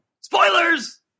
Spoilers